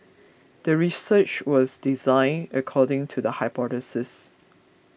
the research was designed according to the hypothesis